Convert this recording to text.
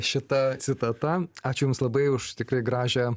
šita citata ačiū jums labai už tikrai gražią